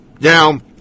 Down